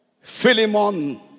Philemon